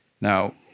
Now